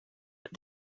but